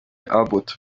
abbott